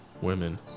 Women